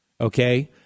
okay